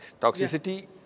Toxicity